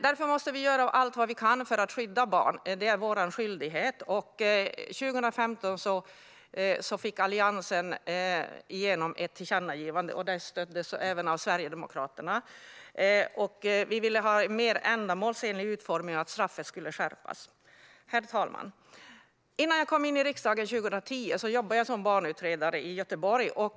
Därför måste vi göra allt vad vi kan för att skydda barn. Det är vår skyldighet. År 2015 fick Alliansen igenom ett tillkännagivande. Det stöddes även av Sverigedemokraterna. Vi ville ha en mer ändamålsenlig utformning och att straffet skulle skärpas. Herr talman! Innan jag kom in i riksdagen 2010 jobbade jag som barnutredare i Göteborg.